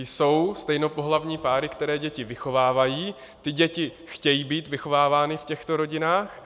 Jsou stejnopohlavní páry, které děti vychovávají, ty děti chtějí být vychovávány v těchto rodinách.